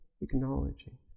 acknowledging